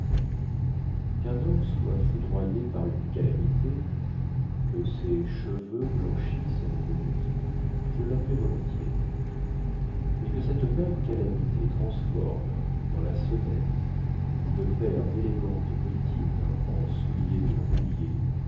quun homme soit foudroyé par une calamité que ses cheveux blanchissent en une nuit je ladmets volontiers mais que cette même calamité transforme dans la semaine une paire délégantes bottines en souliers de roulier